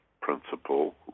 principle